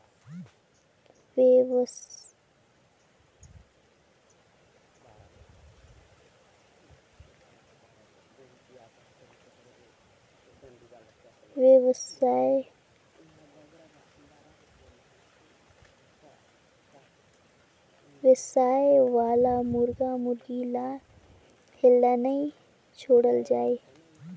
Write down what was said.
बेवसाय वाला मुरगा मुरगी ल हेल्ला नइ छोड़ल जाए